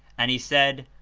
and he said,